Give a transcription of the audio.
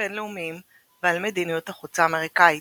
בינלאומיים ועל מדיניות החוץ האמריקאית.